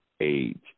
age